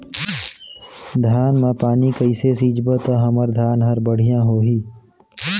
धान मा पानी कइसे सिंचबो ता हमर धन हर बढ़िया होही?